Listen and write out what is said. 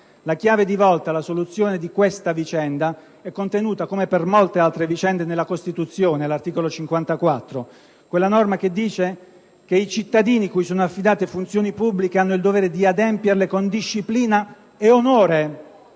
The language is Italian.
La chiave di volta, la soluzione di questa vicenda è contenuta, come per molte altre vicende, nella Costituzione, all'articolo 54, in quella norma che dice: «I cittadini cui sono affidate funzioni pubbliche hanno il dovere di adempierle con disciplina ed onore,